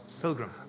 Pilgrim